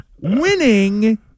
winning